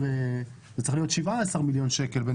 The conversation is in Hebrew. זה צריך להיות 17 מיליון שקלים.